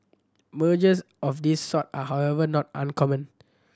mergers of this sort are however not uncommon